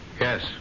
Yes